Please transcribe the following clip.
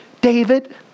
David